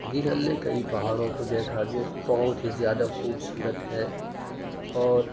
جی ہم نے کئی پہاڑوں کو دیکھا جو بہت ہی زیادہ خوبصورت ہیں اور